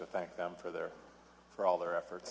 to thank them for their for all their efforts